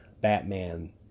Batman